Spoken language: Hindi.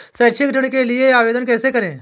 शैक्षिक ऋण के लिए आवेदन कैसे करें?